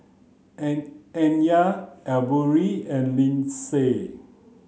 N Nya Asbury and Lindsay